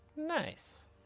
nice